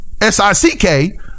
S-I-C-K